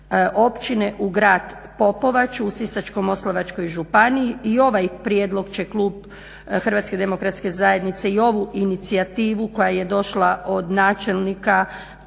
općine u grad Popovaču u Sisačko-moslavačkoj županiji. I ovaj prijedlog će klub HDZ-a i ovu inicijativu koja je došla od načelnika